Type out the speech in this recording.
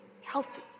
healthy